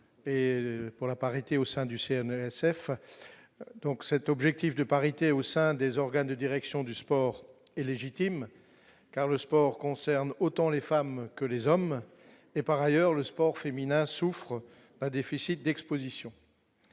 et pour la parité au sein du CNRS chef donc cet objectif de parité au sein des organes de direction du sport est légitime car le sport concerne autant les femmes que les hommes et par ailleurs le sport féminin souffre d'un déficit d'Exposition